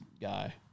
guy